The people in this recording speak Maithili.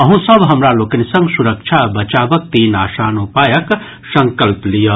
अहूँ सभ हमरा लोकनि संग सुरक्षा आ बचावक तीन आसान उपायक संकल्प लियऽ